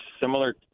similar